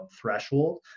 threshold